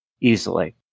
easily